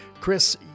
Chris